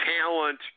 talent